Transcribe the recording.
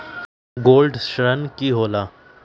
Gold ऋण की होला?